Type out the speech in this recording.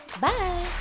Bye